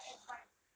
what advice